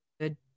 good